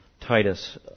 Titus